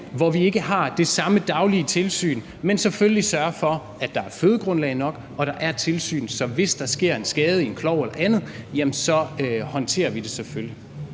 hvor vi ikke har det samme daglige tilsyn, men selvfølgelig sørger for, at der er fødegrundlag nok, og at der er tilsyn, så hvis der sker en skade i en klov eller andet, håndterer vi det selvfølgelig?